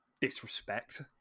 Disrespect